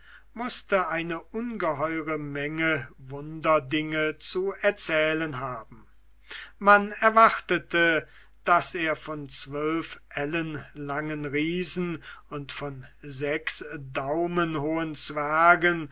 mußte eine ungeheure menge wunderdinge zu erzählen haben man erwartete daß er von zwölfellenlangen riesen und von sechsdaumenhohen zwergen